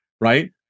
right